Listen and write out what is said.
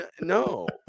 No